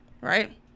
right